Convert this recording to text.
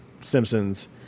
Simpsons